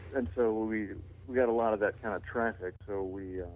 and so we we had a lot of that kind of traffic, so we